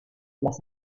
las